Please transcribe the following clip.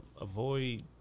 Avoid